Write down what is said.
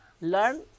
learn